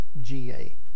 G-A